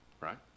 right